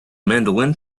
mandolin